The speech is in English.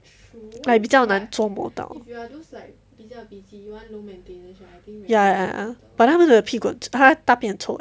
like 比较难捉摸到 ya ya ya but then 它们的屁股很它大便很臭